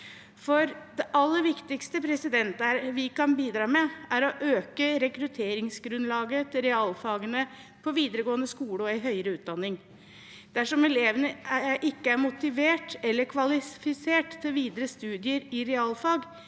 Det aller viktigste vi kan bidra med, er å øke rekrutteringsgrunnlaget til realfagene på videregående skole og i høyere utdanning. Dersom elevene ikke er motivert eller kvalifisert til videre studier i realfag,